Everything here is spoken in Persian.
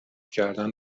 کردن